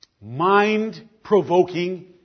mind-provoking